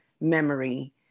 memory